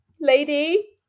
lady